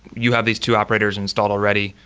you have these two operators installed already.